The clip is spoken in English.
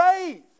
faith